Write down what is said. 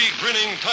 grinning